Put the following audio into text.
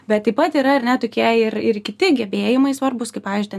bet taip pat yra ar ne tokie ir ir kiti gebėjimai svarbūs kaip pavyzdžiui ten